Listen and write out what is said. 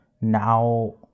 now